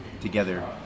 together